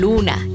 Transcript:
Luna